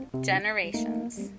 generations